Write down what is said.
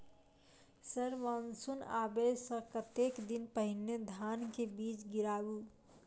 Sir monsoon आबै सऽ कतेक दिन पहिने धान केँ बीज गिराबू?